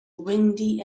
windy